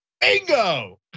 Bingo